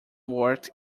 worked